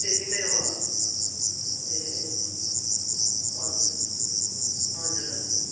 त्यति नै हो ए हजुर हजुर हजुर